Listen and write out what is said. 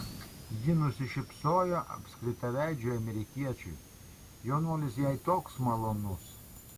ji nusišypsojo apskritaveidžiui amerikiečiui jaunuolis jai toks malonus